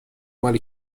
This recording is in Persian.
مال